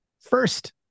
First